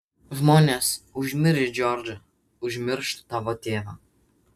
žmonės užmirš džordžą užmirš tavo tėvą